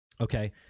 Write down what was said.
Okay